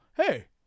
hey